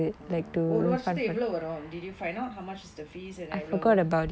ஒரு வர்ஷத்துக்கு ஒரு எவ்வளவு வரும்:oru varshathukku oru evalavu varum did you find out how much is the fees and all